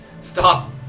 stop